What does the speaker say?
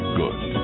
good